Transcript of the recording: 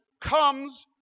comes